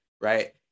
right